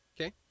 Okay